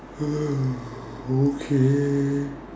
okay